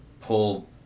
pull